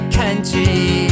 country